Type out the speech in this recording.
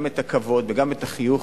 גם את הכבוד וגם את החיוך